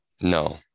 No